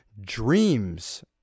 Dreams